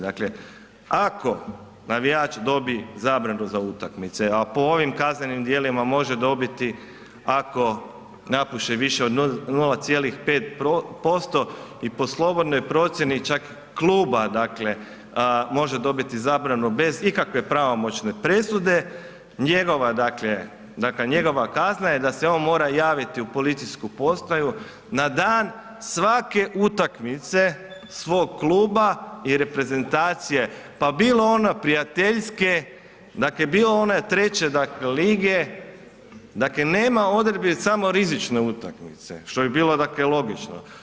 Dakle, ako navijač dobi zabranu za utakmice, a po ovim kaznenim djelima može dobiti ako napuše više od 0,5% i po slobodnoj procjeni čak kluba, može dobiti zabranu bez ikakve pravomoćne presude, njegova dakle, dakle njegova kazna je da se on mora javiti u policijsku postaju na dan svake utakmice svog kluba i reprezentacije, pa bilo ona prijateljske, dakle bilo ona treće dakle lige, dakle nema odredbi samo rizične utakmice što bi bilo logično.